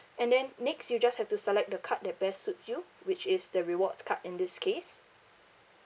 and then next you just have to select the card that best suits you which is the rewards card in this case